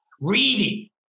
reading